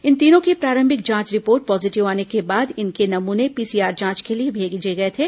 इन तीनों की प्रारंभिक जांच रिपोर्ट पॉजिटिव आने के बाद इनके नमूने पीसीआर जांच के लिए भेजे गए थे